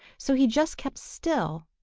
so he just kept still,